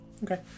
Okay